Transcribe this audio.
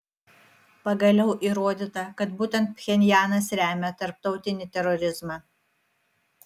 pagaliau įrodyta kad būtent pchenjanas remia tarptautinį terorizmą